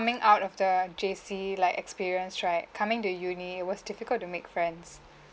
coming out of the J_C like experience right coming to uni it was difficult to make friends